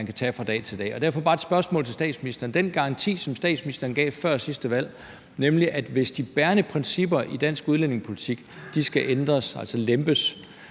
sådan kan tage fra dag til dag. Derfor har jeg bare et spørgsmål til statsministeren, der handler om den garanti, som statsministeren gav før sidste valg, nemlig at hvis de bærende principper i dansk udlændingepolitik skal ændres, altså lempes,